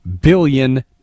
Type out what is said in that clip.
billion